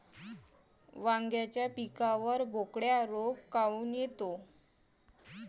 वांग्याच्या पिकावर बोकड्या रोग काऊन येतो?